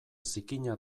zikina